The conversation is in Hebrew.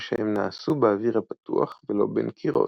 הוא שהם נעשו באוויר הפתוח ולא בין קירות.